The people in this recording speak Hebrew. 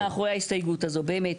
מאחורי ההסתייגות הזאת, באמת.